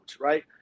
right